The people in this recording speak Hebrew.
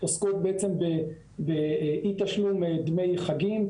עוסקות באי תשלום דמי חגים,